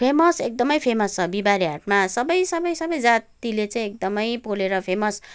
famous एकदमै famous छ बिहिवारे हाटमा सबै सबै जातिले चाहिँ एकदमै पोलेर फेमस